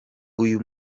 uyu